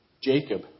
Jacob